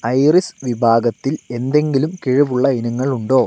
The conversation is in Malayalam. ഐറിസ് വിഭാഗത്തിൽ എന്തെങ്കിലും കിഴിവുള്ള ഇനങ്ങൾ ഉണ്ടോ